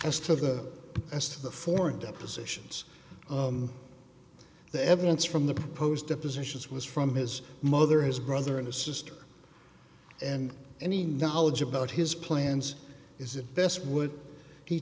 as to the rest of the foreign depositions of the evidence from the proposed depositions was from his mother his brother and his sister and any knowledge about his plans is it